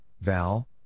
Val